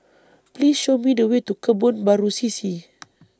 Please Show Me The Way to Kebun Baru C C